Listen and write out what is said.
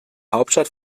hauptstadt